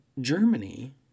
Germany